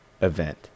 event